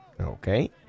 Okay